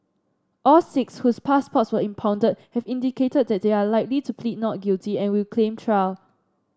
all six whose passports were impounded have indicated that they are likely to plead not guilty and will claim trial